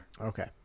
Okay